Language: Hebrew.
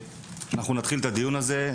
אנחנו נתחיל את הדיון הזה,